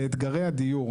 באתגרי הדיור,